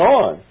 on